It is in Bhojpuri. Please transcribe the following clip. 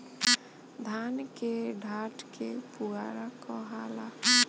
धान के डाठ के पुआरा कहाला